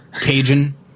Cajun